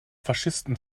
faschisten